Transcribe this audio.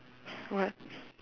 what